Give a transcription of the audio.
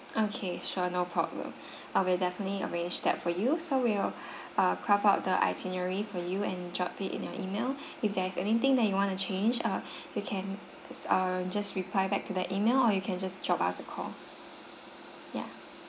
okay sure no problem I will definitely arrange that for you so we'll err craft out the itinerary for you and drop it in your email if there's anything that you want to change uh you can err just reply back to the email or you can just drop us a call ya